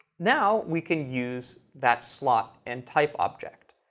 now we can use that slot and type object.